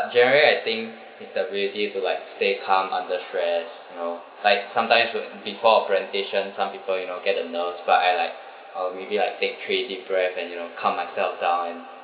generally I think is the ability to like stay calm under stress you know like sometimes when before a presentation some people you know get a nerves but I like or maybe I take three deep breath and you know calm myself down and